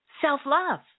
self-love